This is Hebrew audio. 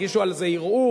הגישו על זה ערעור,